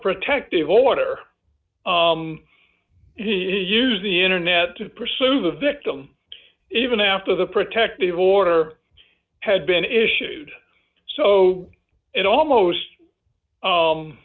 protective order use the internet to pursue the victim even after the protective order had been issued so it almost